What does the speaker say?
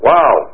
Wow